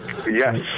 Yes